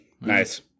Nice